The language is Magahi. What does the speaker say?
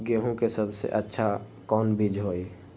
गेंहू के सबसे अच्छा कौन बीज होई?